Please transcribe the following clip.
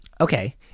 okay